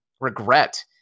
regret